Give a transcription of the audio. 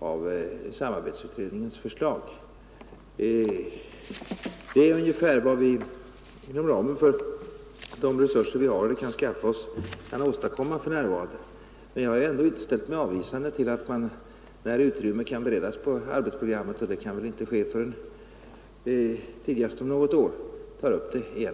av samarbetsutredningens förslag. Det är ungefär vad vi kan åstadkomma för närvarande inom ramen för de resurser vi har och kan skaffa oss. Men jag har ju ändå inte ställt mig avvisande till att man, när utrymme kan beredas på arbetsprogrammet — och det kan väl inte ske förrän tidigast om något år — tar upp frågan igen.